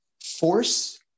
force